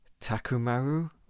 Takumaru